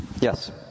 Yes